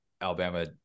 Alabama